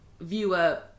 viewer